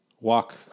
walk